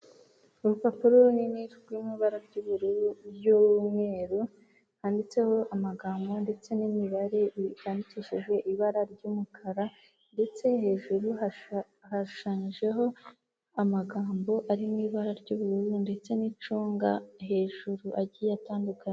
Urupapuro runini rurimo ibara ry'ubururu n'umweru, handitseho amagambo ndetse n'imibare byandikishije ibara ry'umukara, ndetse hejuru hashushanyijeho amagambo ari mu ibara ry'ubururu, ndetse n'icunga hejuru agiye atandukanye.